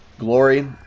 glory